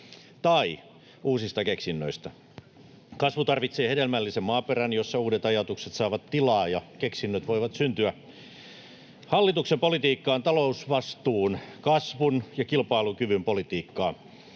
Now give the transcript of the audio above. tai uusista keksinnöistä. Kasvu tarvitsee hedelmällisen maaperän, jossa uudet ajatukset saavat tilaa ja keksinnöt voivat syntyä. Hallituksen politiikka on talousvastuun, kasvun ja kilpailukyvyn politiikkaa.